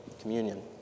communion